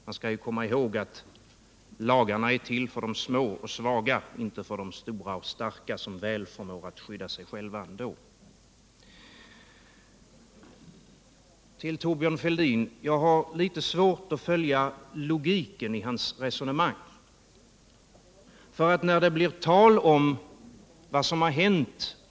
Man skall komma ihåg att lagarna är till för de små och svaga, inte för de stora och starka, som väl förmår att skydda sig själva ändå. Jag harlitet svårt att följa logiken i Thorbjörn Fälldins resonemang.